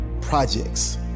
Projects